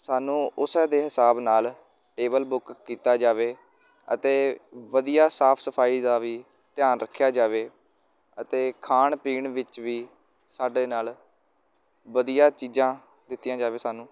ਸਾਨੂੰ ਉਸ ਦੇ ਹਿਸਾਬ ਨਾਲ ਟੇਬਲ ਬੁੱਕ ਕੀਤਾ ਜਾਵੇ ਅਤੇ ਵਧੀਆ ਸਾਫ਼ ਸਫ਼ਾਈ ਦਾ ਵੀ ਧਿਆਨ ਰੱਖਿਆ ਜਾਵੇ ਅਤੇ ਖਾਣ ਪੀਣ ਵਿੱਚ ਵੀ ਸਾਡੇ ਨਾਲ ਵਧੀਆ ਚੀਜ਼ਾਂ ਦਿੱਤੀਆਂ ਜਾਵੇ ਸਾਨੂੰ